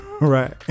right